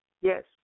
Yes